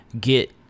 get